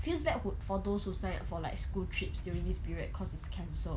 feels bad wh~ for those who signed up for like school trips during this period cause it's cancelled